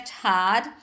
hard